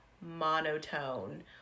monotone